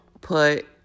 put